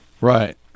Right